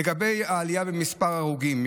לגבי העלייה במספר ההרוגים,